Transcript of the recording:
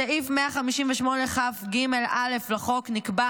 בסעיף 158כג(א) לחוק נקבע